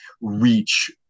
reach